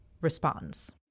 responds